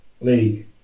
league